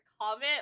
comment